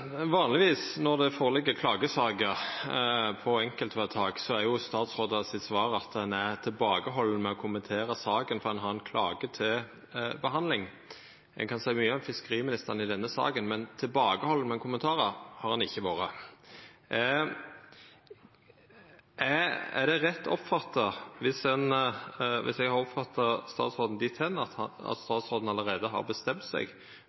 Vanlegvis når det ligg føre saker om klage på enkeltvedtak, er svaret til statsrådar at ein er tilbakehalden med å kommentera saka fordi ein har ein klage til behandling. Ein kan seia mykje om fiskeriministeren i denne saka, men tilbakehalden med kommentarar har han ikkje vore. Er det rett oppfatta dersom eg har oppfatta statsråden slik at han allereie har bestemt seg